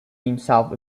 himself